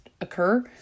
occur